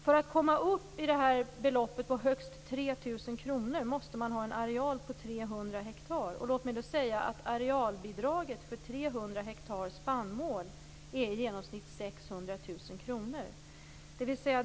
För att komma upp i beloppet 3 000 kr måste man ha en areal om minst 300 hektar. Jag vill peka på att arealbidraget för 300 hektar spannmål är i genomsnitt 600 000 kr.